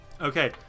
Okay